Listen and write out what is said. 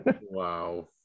Wow